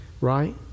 Right